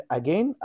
again